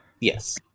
Yes